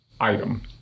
item